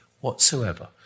whatsoever